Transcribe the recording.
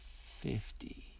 fifty